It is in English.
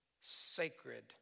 Sacred